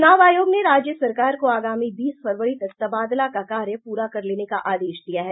च्रनाव आयोग ने राज्य सरकार को आगामी बीस फरवरी तक तबादला का कार्य पूरा कर लेने का आदेश दिया है